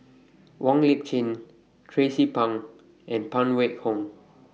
Wong Lip Chin Tracie Pang and Phan Wait Hong